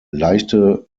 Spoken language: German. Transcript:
leichte